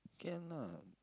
can lah